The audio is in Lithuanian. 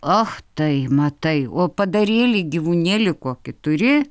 ach tai matai o padarėlį gyvūnėlį kokį turi